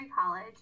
College